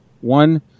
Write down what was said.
One